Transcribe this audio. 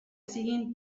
siguen